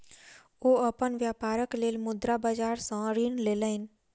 ओ अपन व्यापारक लेल मुद्रा बाजार सॅ ऋण लेलैन